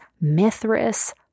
Mithras